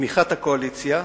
בתמיכת הקואליציה,